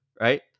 Right